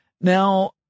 Now